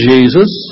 Jesus